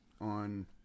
on